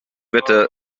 wetter